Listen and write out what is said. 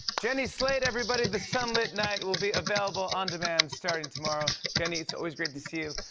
jenny slate, everybody. the sunlit night will be available on demand starting tomorrow. jenny, it's always great to see you.